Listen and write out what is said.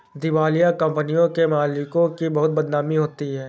दिवालिया कंपनियों के मालिकों की बहुत बदनामी होती है